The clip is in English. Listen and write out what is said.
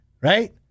right